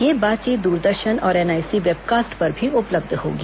यह बातचीत दूरदर्शन और एनआईसी वेबकास्ट पर भी उपलब्ध होगी